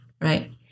Right